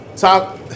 Talk